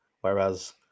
whereas